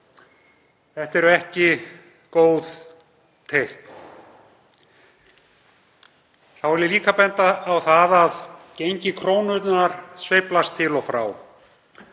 Þetta eru ekki góð teikn. Þá vil ég líka benda á að gengi krónunnar sveiflast til og frá.